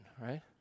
right